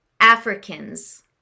Africans